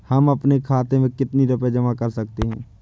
हम अपने खाते में कितनी रूपए जमा कर सकते हैं?